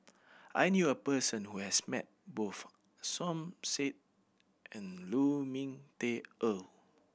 I knew a person who has met both Som Said and Lu Ming Teh Earl